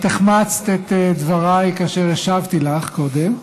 את החמצת את דבריי כאשר השבתי לך קודם,